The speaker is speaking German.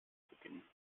beginnen